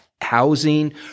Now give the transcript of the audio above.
housing